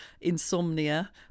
insomnia